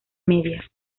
media